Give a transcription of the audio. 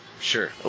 Sure